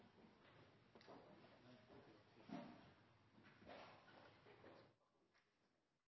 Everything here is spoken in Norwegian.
Nei